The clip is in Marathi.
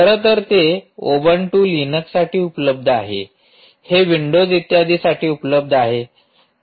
खरं तर ते उबंटू लिनक्ससाठी उपलब्ध आहे हे विंडोज इत्यादींसाठी उपलब्ध आहे